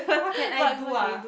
what can I do ah